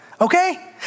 okay